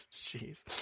Jeez